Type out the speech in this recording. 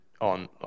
on